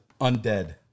undead